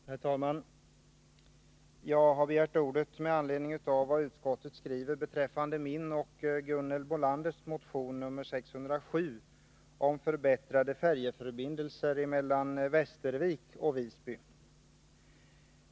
Herr talman! Jag har begärt ordet med anledning av vad utskottet skriver beträffande min och Gunhild Bolanders motion nr 607 om förbättrade färjeförbindelser mellan Västervik och Visby.